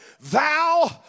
thou